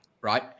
right